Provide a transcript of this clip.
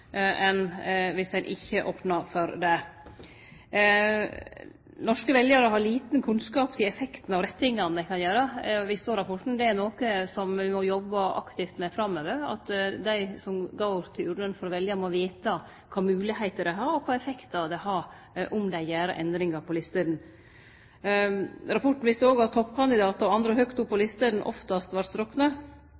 ein ikkje opnar for det. Rapporten viser at norske veljarar har liten kunnskap om effekten av rettingane dei kan gjere. Det er noko me må jobbe aktivt med framover: at dei som går til urnene for å velje, må vete kva moglegheiter dei har, og kva effektar det har om dei gjer endringar på listene. Rapporten viste òg at toppkandidatar og andre høgt oppe på